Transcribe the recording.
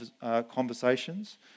conversations